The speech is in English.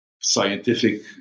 scientific